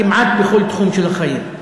כמעט בכל תחום של החיים.